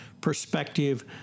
perspective